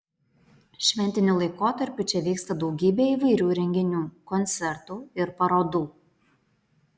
šventiniu laikotarpiu čia vyksta daugybė įvairių renginių koncertų ir parodų